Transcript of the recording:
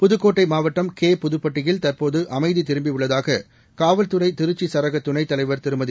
புதுக்கோட்டைமாவட்டம் கேபுதப்பட்டியில் தற்போதுஅமைதிரும்பியுள்ளதாககாவல்துறைதிருச்சிசரகதுணைத் தலைவர் திருமதி